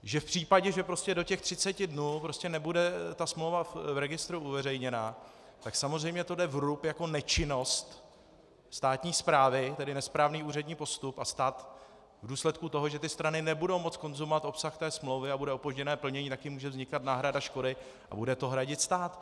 Že v případě, že do 30 dnů nebude smlouva v registru uveřejněna, tak samozřejmě to jde na vrub jako nečinnost státní správy, tedy nesprávný úřední postup, a stát v důsledku toho, že ty strany nebudou moci konzumovat obsah té smlouvy a bude opožděné plnění, tak jim může vznikat náhrada škody a bude to hradit stát.